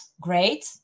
Great